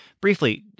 briefly